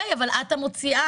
אבל את המוציאה.